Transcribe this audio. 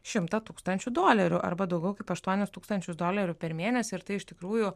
šimtą tūkstančių dolerių arba daugiau kaip aštuonis tūkstančius dolerių per mėnesį ir tai iš tikrųjų